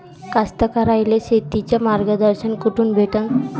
कास्तकाराइले शेतीचं मार्गदर्शन कुठून भेटन?